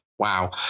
wow